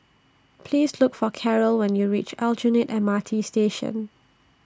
Please Look For Carol when YOU REACH Aljunied M R T Station